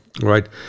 right